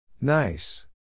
Nice